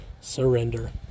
surrender